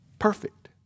Perfect